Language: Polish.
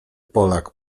polak